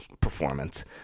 performance